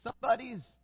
Somebody's